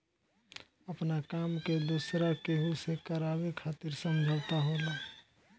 आपना काम के दोसरा केहू से करावे खातिर समझौता होला